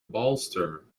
bolster